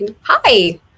hi